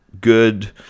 good